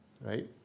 right